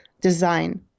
design